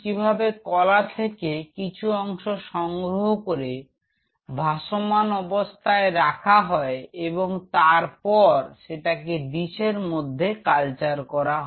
কিভাবে কলা থেকে কিছু অংশ সংগ্রহ করে ভাসমান অবস্থায় রাখা হয় এবং তারপর সেটাকে ডিসের মধ্যে কালচার করা হয়